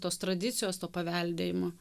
tos tradicijos to paveldėjimo